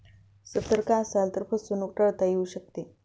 सतर्क असाल तर फसवणूक टाळता येऊ शकते